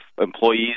employees